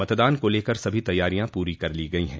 मतदान को लेकर सभी तैयारियां पूरी कर ली गई हैं